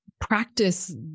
Practice